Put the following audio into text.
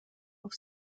auf